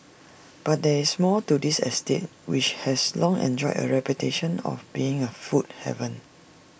but there is more to this estate which has long enjoyed A reputation of being A food haven